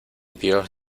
dios